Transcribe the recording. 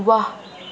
वाह